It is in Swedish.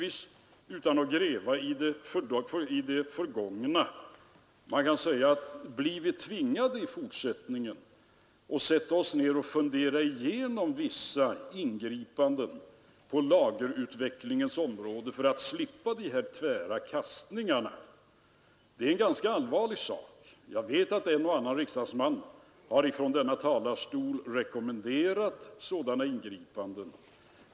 Utan att gräva i det förgångna kan man naturligtvis ställa frågan: Blir vi i fortsättningen tvingade att sätta oss ned och fundera igenom vissa ingripanden på lagerutvecklingens område för att slippa dessa tvära kast? Det är en ganska allvarlig sak. Jag vet att en och annan riksdagsman från denna talarstol har rekommenderat sådana ingripanden.